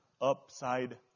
upside